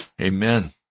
Amen